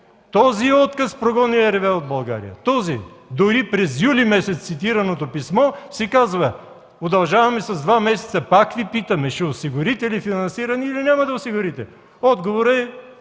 този отказ прогони RWE от България. Този! Дори през месец юли в цитираното писмо се казва: „Удължаваме с два месеца. Пак Ви питаме: „Ще осигурите ли финансиране или няма да осигурите?”. Отговорът е: